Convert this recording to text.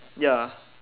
ya